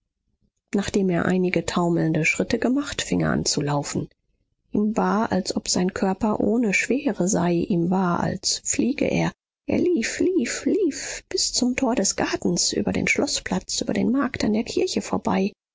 nachdem er einige taumelnde schritte gemacht fing er an zu laufen ihm war als ob sein körper ohne schwere sei ihm war als fliege er er lief lief lief bis zum tor des gartens über den schloßplatz über den markt an der kirche vorbei